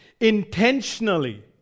intentionally